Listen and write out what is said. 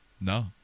No